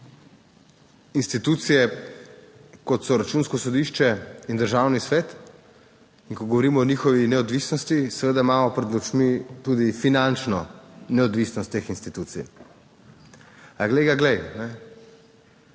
Institucije, kot so Računsko sodišče in Državni svet. In ko govorimo o njihovi neodvisnosti, seveda imamo pred očmi tudi finančno neodvisnost teh institucij. A glej ga, glej,